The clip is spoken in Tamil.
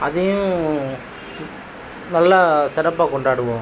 அதையும் நல்லா சிறப்பாக கொண்டாடுவோம்